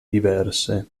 diverse